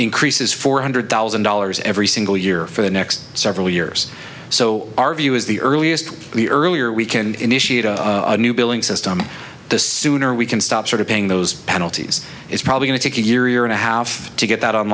increases four hundred thousand dollars every single year for the next several years so our view is the earliest the earlier we can initiate a new billing system the sooner we can stop short of paying those penalties it's probably going to year and a half to get that on